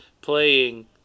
playing